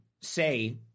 say